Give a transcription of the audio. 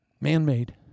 man-made